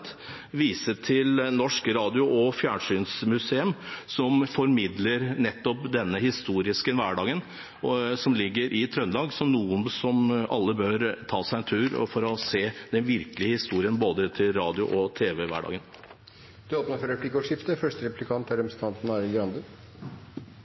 til Norsk Radio- og Fjernsynsmuseum, som formidler nettopp denne historiske hverdagen. Det ligger i Trøndelag, og alle bør ta seg en tur for å se den virkelige historien både til radio- og TV-hverdagen. Det blir replikkordskifte. Du har betalt lisens for